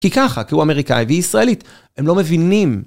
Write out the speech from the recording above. כי ככה, כי הוא אמריקאי, והיא ישראלית. הם לא מבינים...